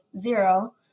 zero